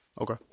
Okay